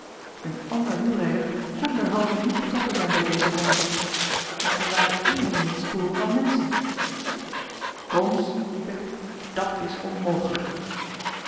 een ander wielrijder kon derhalve niet betrokken zijn bij dezen moord maar er waren evenmin sporen van menschen holmes riep ik dat is onmogelijk